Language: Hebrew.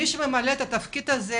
מי שממלא את התפקיד הזה